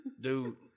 Dude